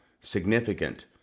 significant